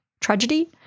Tragedy